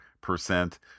percent